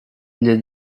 для